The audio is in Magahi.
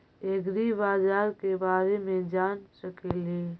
ऐग्रिबाजार के बारे मे जान सकेली?